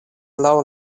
laŭ